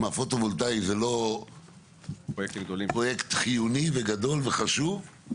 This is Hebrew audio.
זה לא פרויקט חיוני, גדול וחשוב?